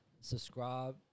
subscribe